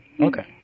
Okay